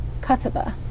Kataba